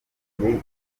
yafatiye